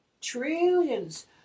trillions